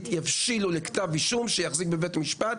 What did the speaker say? יבשילו לכדי כתב אישום שיחזיק בבית משפט,